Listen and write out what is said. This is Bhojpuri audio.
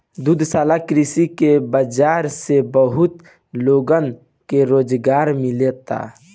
दुग्धशाला कृषि के बाजार से बहुत लोगन के रोजगार मिलता